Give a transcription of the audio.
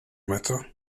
matter